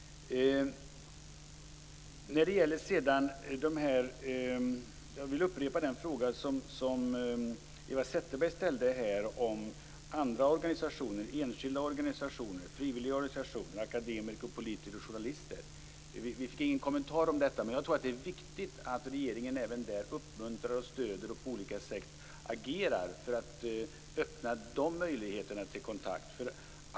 Jag vill upprepa den fråga som Eva Zetterberg ställde om andra organisationer, enskilda organisationer, frivilliga organisationer, akademiker, politiker och journalister. Vi fick ingen kommentar om detta, men det är viktigt att regeringen även där uppmuntrar, stöder och agerar på olika sätt för att öppna de möjligheterna till kontakt.